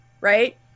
right